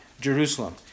Jerusalem